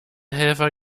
helfer